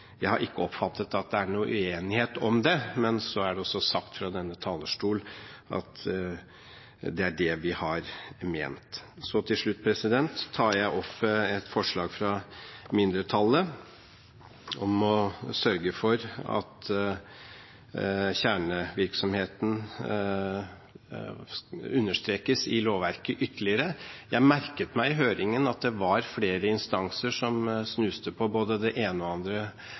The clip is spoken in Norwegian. Jeg har ikke oppfattet at det er noen uenighet om det, men så er det også sagt fra denne talerstol at det er det vi har ment. Til slutt tar jeg opp forslaget fra mindretallet om å sørge for at kjernevirksomheten understrekes ytterligere i lovverket. Jeg merket meg i høringen at det var flere instanser som snuste på både det ene og det andre